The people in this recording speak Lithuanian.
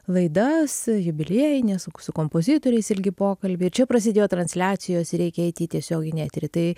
laidas jubiliejinės su kompozitoriais ilgi pokalbiaiir čia prasidėjo transliacijosir reikia eiti į tiesioginį eterį tai